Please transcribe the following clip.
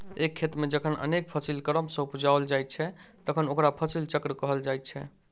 एक खेत मे जखन अनेक फसिल क्रम सॅ उपजाओल जाइत छै तखन ओकरा फसिल चक्र कहल जाइत छै